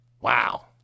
Wow